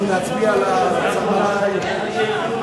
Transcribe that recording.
נכים ואגף משפחות והנצחה במשרד הביטחון (תיקוני חקיקה),